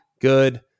good